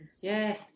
Yes